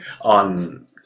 on